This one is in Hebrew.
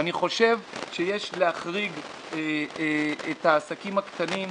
אני חושב שיש להחריג את העסקים הקטנים.